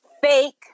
fake